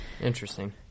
Interesting